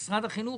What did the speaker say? שמשרד החינוך